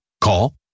Call